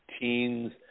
teens